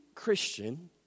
christian